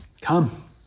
Come